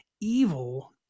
evil